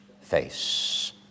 face